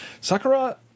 Sakura